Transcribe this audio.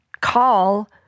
call